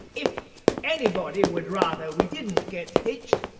if anybody would rather we didn't get hitched,